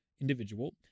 individual